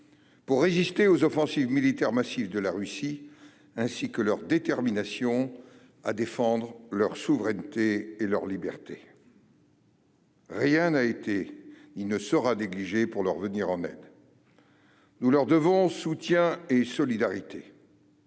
pour résister aux offensives militaires massives de la Russie, ainsi que leur détermination à défendre leur souveraineté et leur liberté. Rien n'a été ni ne sera négligé pour leur venir en aide. Nous leur devons soutien et solidarité.